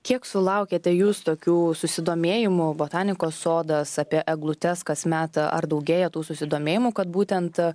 kiek sulaukėte jūs tokių susidomėjimų botanikos sodas apie eglutes kasmet ar daugėja tų susidomėjimų kad būtent